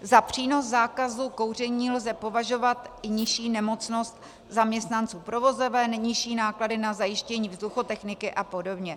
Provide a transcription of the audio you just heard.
Za přínos zákazu kouření lze považovat i nižší nemocnost zaměstnanců provozoven, nižší náklady na zajištění vzduchotechniky apod.